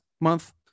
month